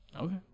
Okay